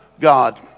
God